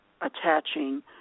attaching